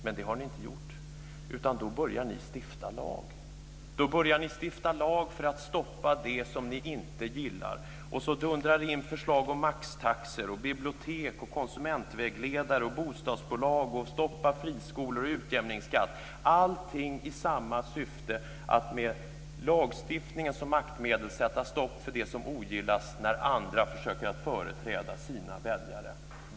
Men det har den inte gjort, utan då börjar ni stifta lagar för att stoppa det som ni inte gillar. Och så dundrar det in förslag om maxtaxor, bibliotek, konsumentvägledare, bostadsbolag, utjämningsskatt och stopp för friskolor - allt i samma syfte, nämligen att med lagstiftningen som maktmedel sätta stopp för det som ogillas när andra försöker företräda sina väljare.